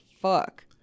fuck